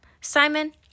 Simon